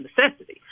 necessity